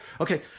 Okay